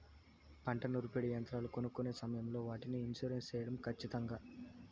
పంట నూర్పిడి యంత్రాలు కొనుక్కొనే సమయం లో వాటికి ఇన్సూరెన్సు సేయడం ఖచ్చితంగా?